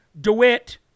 DeWitt